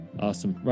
Awesome